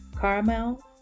Caramel